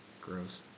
Gross